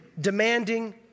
demanding